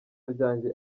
ryanje